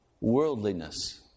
worldliness